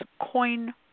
Coin